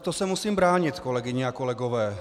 To se musím bránit, kolegyně a kolegové.